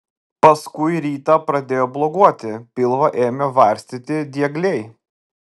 paskui rytą pradėjo bloguoti pilvą ėmė varstyti diegliai